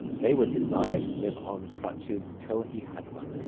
they would desire to live on crutches till he had one.